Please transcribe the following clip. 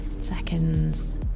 seconds